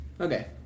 Okay